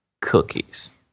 cookies